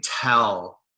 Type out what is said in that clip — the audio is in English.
tell